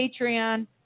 Patreon